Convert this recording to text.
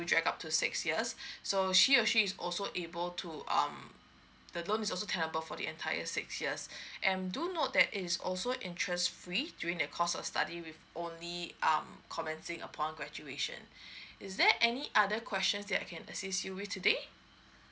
will take up to six years so she or he is also able to um the loan is also tenable for the entire six years and do note that it is also interest free during the course of study with only um commencing upon graduation is there any other questions that I can assist you with today